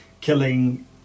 killing